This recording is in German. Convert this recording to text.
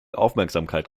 aufmerksamkeit